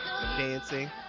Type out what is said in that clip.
Dancing